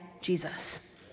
Jesus